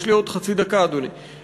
יש לי עוד חצי דקה, אדוני.